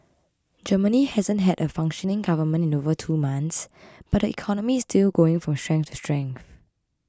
Germany hasn't had a functioning government in over two months but the economy is still going from strength to strength